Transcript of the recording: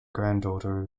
granddaughter